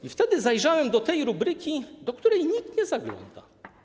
I wtedy zajrzałem do tej rubryki, do której nikt nie zagląda.